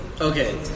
Okay